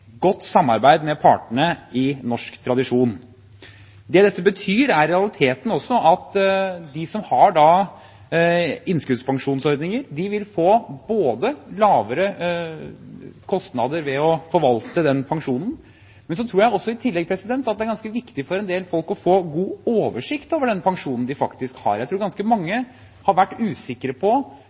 godt samarbeid med partene – i norsk tradisjon. Dette betyr i realiteten at de som har innskuddspensjonsordninger, vil få lavere kostnader ved å forvalte den pensjonen, men så tror jeg i tillegg at det er ganske viktig for en del folk å få god oversikt over den pensjonen de faktisk har. Jeg tror ganske mange har vært usikre på